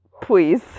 please